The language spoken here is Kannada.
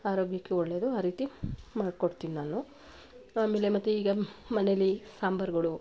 ಆರೋಗ್ಯಕ್ಕೆ ಒಳ್ಳೆಯದು ಆ ರೀತಿ ಮಾಡ್ಕೊಡ್ತೀನಿ ನಾನು ಆಮೇಲೆ ಮತ್ತು ಈಗ ಮನೇಲಿ ಸಾಂಬಾರ್ಗಳು